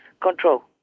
control